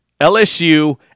LSU